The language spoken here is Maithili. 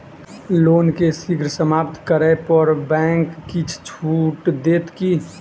लोन केँ शीघ्र समाप्त करै पर बैंक किछ छुट देत की